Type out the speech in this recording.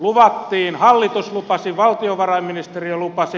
luvattiin hallitus lupasi valtiovarainministeriö lupasi